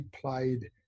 played